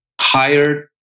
hired